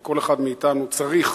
שכל אחד מאתנו צריך